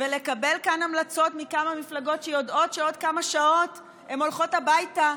לקבל כאן המלצות מכמה מפלגות שיודעות שבעוד כמה שעות הן הולכות הביתה,